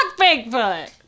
Bigfoot